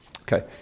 okay